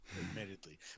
admittedly